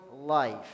life